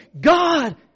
God